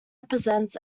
represents